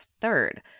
third